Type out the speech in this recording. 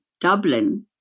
Dublin